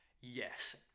Yes